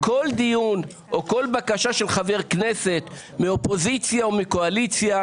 כל דיון או כל בקשה של חבר כנסת מהאופוזיציה או מהקואליציה,